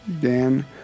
Dan